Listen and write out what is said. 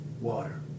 water